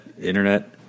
Internet